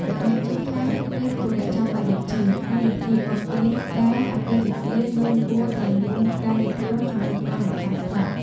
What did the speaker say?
បើអ្នកជិតខាងមានធុរៈចាំបាច់ដូចជាកម្មវិធីបុណ្យទានការអាពាហ៍ពិពាហ៍យើងគួរតែមានការយោគយល់ចំពោះការរំខានខ្លះ។